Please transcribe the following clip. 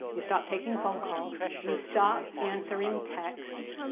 you stop taking phone calls, you stop answering texts,